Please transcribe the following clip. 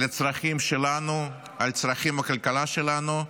על הצרכים שלנו, על צורכי הכלכלה שלנו,